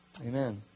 Amen